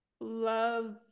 Love